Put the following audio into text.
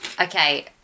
Okay